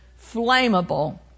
flammable